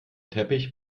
teppich